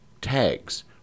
tags